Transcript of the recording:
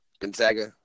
Gonzaga